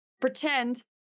Pretend